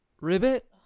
Ribbit